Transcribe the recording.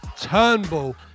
Turnbull